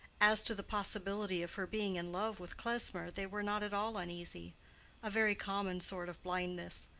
as to the possibility of her being in love with klesmer they were not at all uneasy a very common sort of blindness.